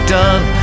done